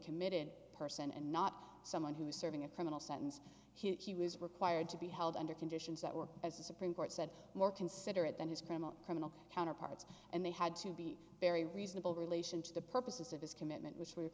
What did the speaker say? recommitted person and not someone who is serving a criminal sentence he was required to be held under conditions that were as the supreme court said more considerate than his criminal criminal counterparts and they had to be very reasonable relation to the purposes of his commitment which were